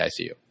ICU